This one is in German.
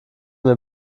mir